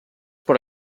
per